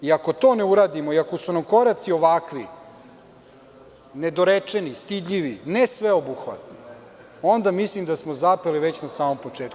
Ako to ne uradimo i ako su nam koraci ovakvi nedorečeno, stidljivi, nesveobuhvatni, onda mislim da smo zapeli već na samom početku.